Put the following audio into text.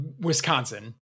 wisconsin